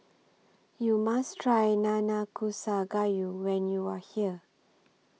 YOU must Try Nanakusa Gayu when YOU Are here